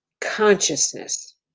consciousness